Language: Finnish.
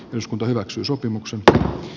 eduskunta hyväksyi sopimuksen takaa